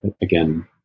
again